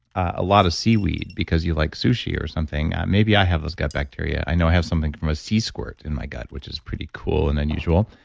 a lot of seaweed because you like sushi or something, maybe i have those gut bacteria. i know i have something from a sea squirt in my gut, which is pretty cool and unusual.